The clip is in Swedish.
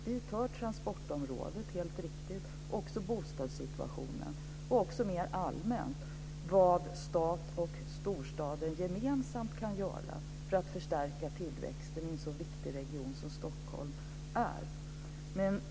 Dit hör transportområdet och bostadssituationen och också mer allmänt vad stat och storstad gemensamt kan göra för att förstärka tillväxten i en så viktig region som Stockholm.